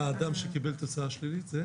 אדם שקיבל תוצאה שלילית?